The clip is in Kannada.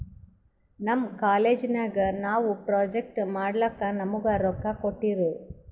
ನಮ್ ಕಾಲೇಜ್ ನಾಗ್ ನಾವು ಪ್ರೊಜೆಕ್ಟ್ ಮಾಡ್ಲಕ್ ನಮುಗಾ ರೊಕ್ಕಾ ಕೋಟ್ಟಿರು